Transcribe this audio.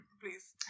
Please